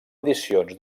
edicions